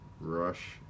Rush